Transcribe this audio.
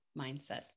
mindset